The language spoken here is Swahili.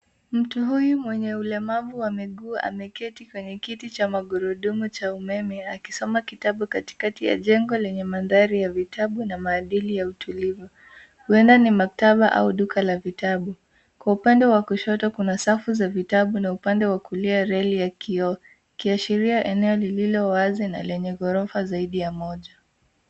Mtu huyu mwenye ulemavu wa miguu ameketi kwenye kiti cha magurudumu cha umeme akisoma kitabu katikati ya jengo lenye mandhari ya vitabu na maadili tulivu huenda ni maktaba au duka la vitabu. Kwa upande wa kushoto kuna safu za vitabu na upande wa kulia reli ya kioo ikiashiria eneo lililo wazi na lenye ghorofa zaidi ya moja.